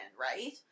right